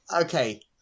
Okay